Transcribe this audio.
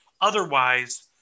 Otherwise